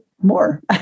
more